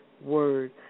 word